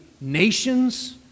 nations